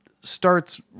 starts